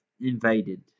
invaded